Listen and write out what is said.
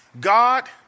God